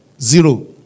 zero